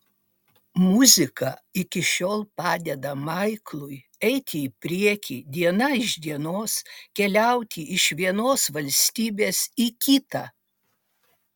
muzika iki šiol padeda maiklui eiti į priekį diena iš dienos keliauti iš vienos valstybės į kitą